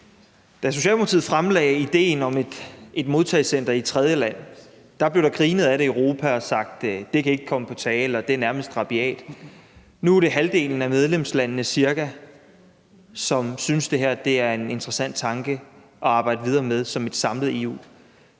Da Socialdemokratiet fremlagde idéen om et modtagecenter i et tredjeland, blev der grinet af det i Europa og sagt, at det ikke kunne komme på tale, og at det nærmest var rabiat. Nu er det cirka halvdelen af medlemslandene, som synes, at det her er en interessant tanke at arbejde videre med som et samlet EU.